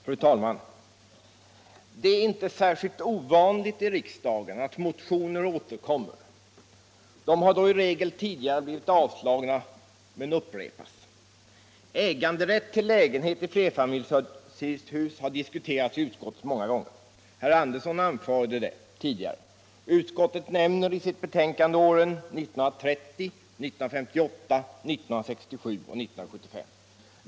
Fru talman! Det är inte särskilt ovanligt att motioner återkommer till riksdagen. De har då i regel tidigare blivit avslagna men upprepas. Äganderätt till lägenheter i flerfamiljshus har diskuterats i riksdagen många gånger. Herr Andersson i Södertälje talade om detta. Utskottet nämner åren 1930, 1958, 1967 och 1975.